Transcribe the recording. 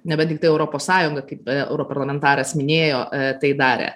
nebent tiktai europos sąjunga kaip europarlamentaras minėjo tai darė